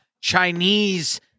Chinese